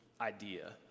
idea